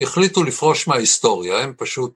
החליטו לפרוש מההיסטוריה הם פשוט